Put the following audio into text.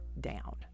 down